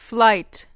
Flight